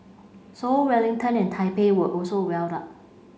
Seoul Wellington and Taipei were also well up